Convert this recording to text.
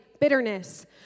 bitterness